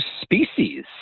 species